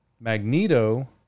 Magneto